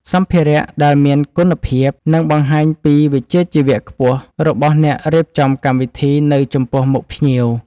សម្ភារៈដែលមានគុណភាពនឹងបង្ហាញពីវិជ្ជាជីវៈខ្ពស់របស់អ្នករៀបចំកម្មវិធីនៅចំពោះមុខភ្ញៀវ។